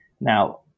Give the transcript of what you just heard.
Now